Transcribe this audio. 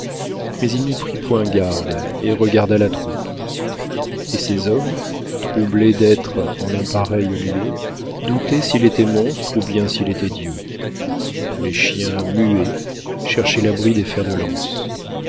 mais il n'y prit point garde et regarda la troupe et ces hommes troublés d'être en un pareil lieu doutaient s'il était monstre ou bien s'il était dieu les chiens muets cherchaient l'abri des fers de lance